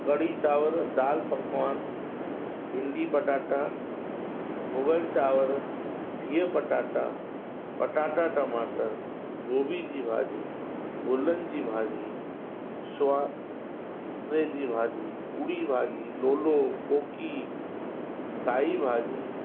कढ़ी चांवर दाल पकवान भिंडी पटाटा भुॻल चांवर बिह पटाटा पटाटा टमाटर गोभी जी भाॼी गुलनि जी भाॼी स्वांगरे जी भाॼी पूड़ी भाॼी लोलो कोकी साई भाॼी